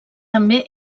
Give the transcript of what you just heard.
també